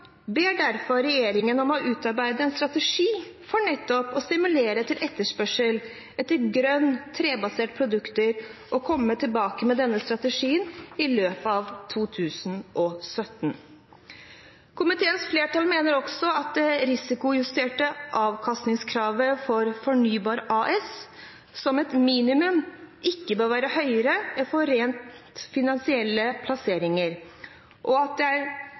ber derfor regjeringen om å utarbeide en strategi for nettopp å stimulere til etterspørsel etter grønne, trebaserte produkter og komme tilbake med denne strategien i løpet av 2017. Komiteens flertall mener også at det risikojusterte avkastningskravet for Fornybar AS som et minimum ikke bør være høyere enn for rent finansielle plasseringer, og at det